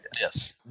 Yes